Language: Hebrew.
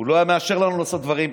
הוא לא היה מאפשר לנו לעשות דברים,